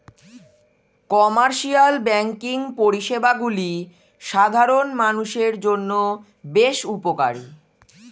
commercial banking পরিষেবাগুলি সাধারণ মানুষের জন্য বেশ উপকারী